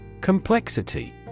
Complexity